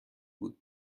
بود